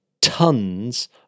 tons